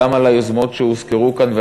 גם על היוזמות שהוזכרו כאן,